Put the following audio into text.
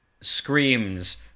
screams